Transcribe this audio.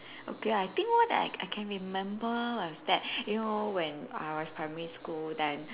okay I think what I I can remember is that you know when I was primary school then